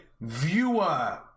viewer